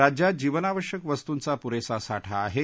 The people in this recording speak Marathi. राज्यात जीवनावश्यक वस्तूंचा पुरस्ती साठा आहा